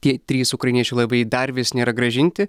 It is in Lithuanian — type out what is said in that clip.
tie trys ukrainiečių laivai dar vis nėra grąžinti